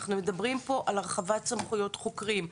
אנחנו מדברים פה על הרחבת סמכויות של חוקרים,